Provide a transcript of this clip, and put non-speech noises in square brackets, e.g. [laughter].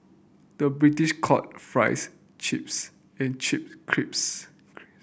the British call fries chips and chips crips [unintelligible]